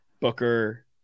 Booker